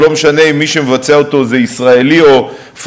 ולא משנה אם מי שמבצע אותו הוא ישראלי או פלסטיני,